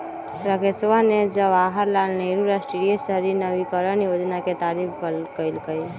राकेशवा ने जवाहर लाल नेहरू राष्ट्रीय शहरी नवीकरण योजना के तारीफ कईलय